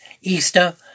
Easter